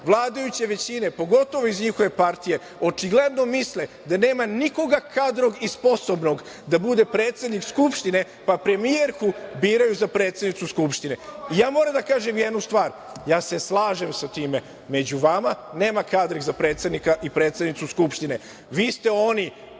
vladajuće većine, pogotovo iz njihove partije, očigledno misle da nema nikoga kadrog i sposobnog da bude predsednik Skupštine, pa premijerku biraju za predsednicu Skupštine. Moram da kažem jednu stvar, ja se slažem sa time, među vama nema kadrih za predsednika i predsednicu Skupštine. Vi ste oni